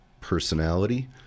personality